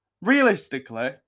realistically